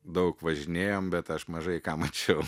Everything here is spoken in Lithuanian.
daug važinėjom bet aš mažai ką mačiau